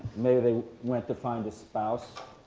maybe they went to find a spouse.